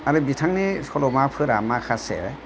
आरो बिथांनि सल'माफोरा माखासे